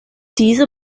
diese